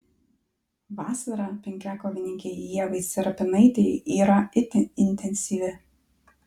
vasara penkiakovininkei ieva serapinaitei yra itin intensyvi